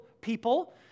people